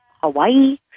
Hawaii